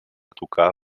tocar